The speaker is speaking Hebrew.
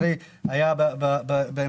כלומר היה במחנות,